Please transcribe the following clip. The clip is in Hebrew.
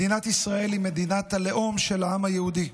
מדינת ישראל היא מדינת הלאום של העם היהודי.